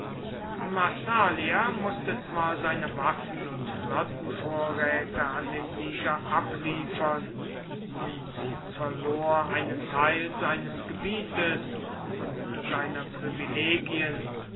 massalia mußte zwar seine waffen und flottenvorräte an den sieger abliefern und verlor einen teil seines gebietes und seiner privilegien